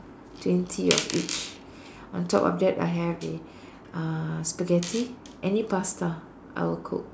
twenty or each on top of that I have the uh spaghetti any pasta I will cook